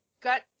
got